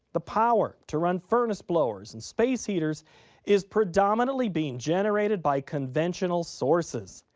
the power to run furnace blowers and space heaters is predominately being generated by conventional sources.